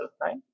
right